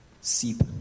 seep